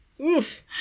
Oof